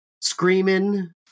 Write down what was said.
screaming